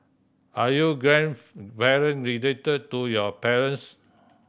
are your grandparent related to your parents